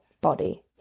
body